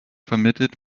vermittelt